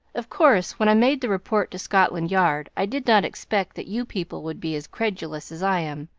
of course, when i made the report to scotland yard i did not expect that you people would be as credulous as i am,